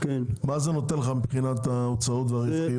מה זה נותן לך מבחינת ההוצאות והרווחיות?